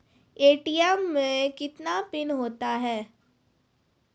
ATM मे कितने PIN होता हैं?